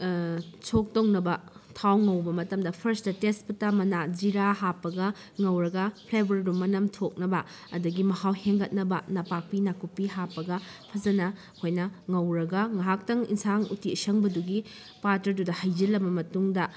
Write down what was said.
ꯁꯣꯛ ꯇꯧꯅꯕ ꯊꯥꯎ ꯉꯧꯕ ꯃꯇꯝꯗ ꯐꯥꯔꯁꯠꯇ ꯇꯦꯁꯄꯇꯥ ꯃꯅꯥ ꯖꯤꯔꯥ ꯍꯥꯞꯄꯒ ꯉꯧꯔꯒ ꯐ꯭ꯂꯦꯚꯔꯗꯨ ꯃꯅꯝ ꯊꯣꯛꯅꯕ ꯑꯗꯨꯗꯒꯤ ꯃꯍꯥꯎ ꯍꯦꯟꯒꯠꯅꯕ ꯅꯄꯥꯛꯄꯤ ꯅꯥꯀꯨꯞꯄꯤ ꯍꯥꯞꯄꯒ ꯐꯖꯅ ꯑꯩꯈꯣꯏꯅ ꯉꯧꯔꯒ ꯉꯍꯥꯛꯇꯪ ꯏꯟꯁꯥꯡ ꯎꯇꯤ ꯑꯁꯪꯕꯗꯨꯒꯤ ꯄꯥꯇ꯭ꯔꯗꯨꯗꯥ ꯍꯩꯖꯤꯜꯂꯕ ꯃꯇꯨꯡꯗ